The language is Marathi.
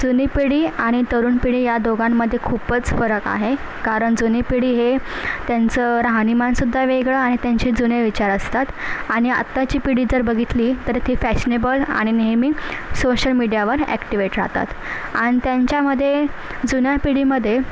जुनी पिढी आणि तरुण पिढी या दोघांमध्ये खूपच फरक आहे कारण जुनी पिढी हे त्यांचं राहणीमानसुद्धा वेगळं आणि त्यांचे जुने विचार असतात आणि आत्ताची पिढी जर बघितली ती फॅशनेबल आणि नेहमी सोशल मीडियावर ॲक्टिव्हेट राहतात आणि त्यांच्यामध्ये जुन्या पिढीमध्ये